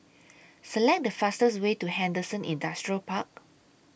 Select The fastest Way to Henderson Industrial Park